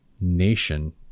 nation